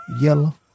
yellow